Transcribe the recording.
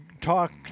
talk